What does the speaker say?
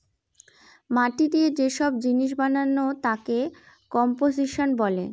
মাটি দিয়ে যে সব জিনিস বানানো তাকে কম্পোসিশন বলে